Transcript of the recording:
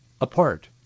apart